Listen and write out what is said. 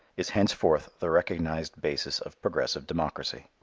is henceforth the recognized basis of progressive democracy.